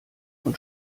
und